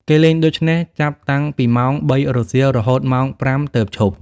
គេលេងដូច្នេះ ចាប់តាំងពីម៉ោងបីរសៀលរហូតម៉ោង ៥ ទើបឈប់ ។